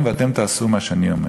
ואתם תעשו מה שאני אומר.